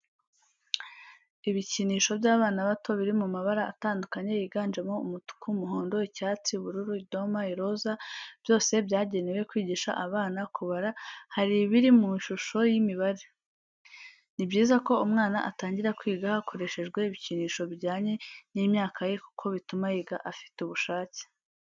Ibikinisho by'abana bato biri mu mabara atandukanye yiganjemo umutuku, umuhondo, icyatsi, ubururu idoma, iroza, byose byagenewe kwigisha abana kubara, hari ibiri mu ishusho y'imibare. Ni byiza ko umwana atangira kwiga hakoreshejwe ibikinisho bijyanye n'imyaka ye kuko bituma yiga afite ubushake.